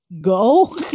go